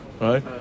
right